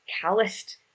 calloused